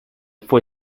fue